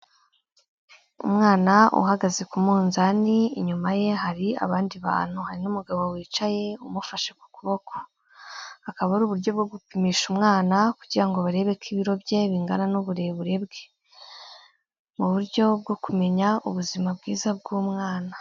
Umwana uhagaze ku mwunzani, inyuma ye hari abandi bantu, hari n'umugabo wicaye umufashe ku kuboko, akaba uburyo bwo gupimisha umwana kugira ngo barebe ko ibiro bye bingana n'uburebure bwe, mu buryo bwo kumenya ubuzima bwiza bw'umwana.